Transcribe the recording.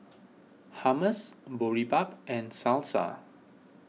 Hummus Boribap and Salsa